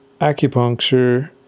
acupuncture